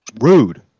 Rude